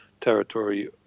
territory